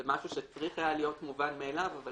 זה משהו שצריך היה להיות מובן מאליו אבל